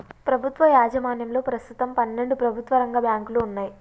ప్రభుత్వ యాజమాన్యంలో ప్రస్తుతం పన్నెండు ప్రభుత్వ రంగ బ్యాంకులు వున్నయ్